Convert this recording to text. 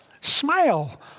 smile